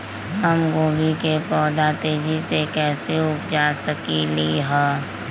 हम गोभी के पौधा तेजी से कैसे उपजा सकली ह?